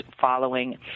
following